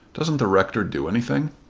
doesn't the rector do anything?